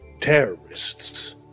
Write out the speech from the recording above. terrorists